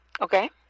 Okay